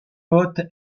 haute